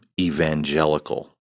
evangelical